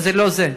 וזה לא זה.